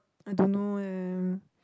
I don't know eh